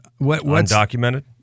Undocumented